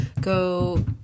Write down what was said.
go